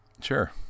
Sure